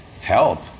Help